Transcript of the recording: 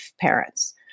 parents